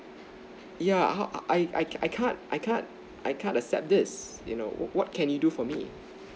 yeah I I I can't I can't I can't accept this you know what can you do for me